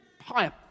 higher